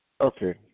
Okay